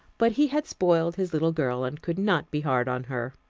but he had spoiled his little girl, and could not be hard on her.